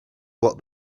what